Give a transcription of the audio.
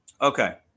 Okay